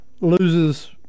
loses –